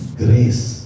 grace